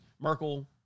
Merkel